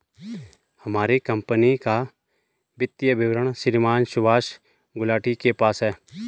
हमारी कम्पनी का वित्तीय विवरण श्रीमान सुभाष गुलाटी के पास है